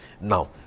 Now